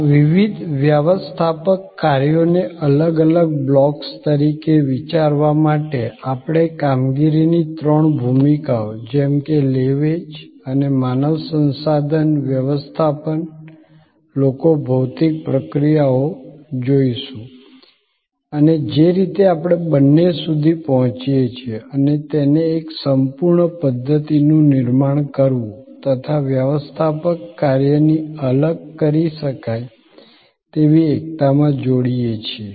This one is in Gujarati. આ વિવિધ વ્યવસ્થાપક કાર્યોને અલગ અલગ બ્લોક્સ તરીકે વિચારવા માટે આપણેકામગીરીની ત્રણ ભૂમિકાઓજેમ કે લે વેચ અને માનવ સંસાધન વ્યવસ્થાપન લોકો ભૌતિક પ્રક્રિયાઓ જોઈશું અને જે રીતે આપણે બંને સુધી પહોંચીએ છીએ અને તેને એક સંપૂર્ણ પધ્ધતિનું નિર્માણ કરવું તથા વ્યવસ્થાપક કાર્યની અલગ કરી શકાય તેવી એકતામાં જોડીએ છીએ